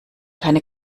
keine